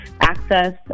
access